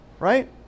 Right